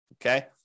Okay